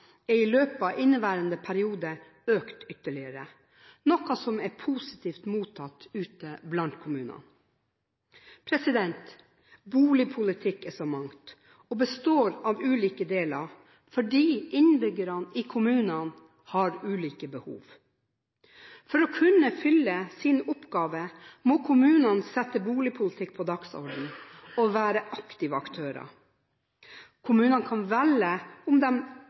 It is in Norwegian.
er i løpet av inneværende periode økt ytterligere, noe som er positivt mottatt ute blant kommunene. Boligpolitikk er så mangt og består av ulike deler fordi innbyggerne i kommunene har ulike behov. For å kunne fylle sin oppgave må kommunene sette boligpolitikk på dagsordenen og være aktive aktører. Kommunene kan velge om